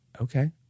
Okay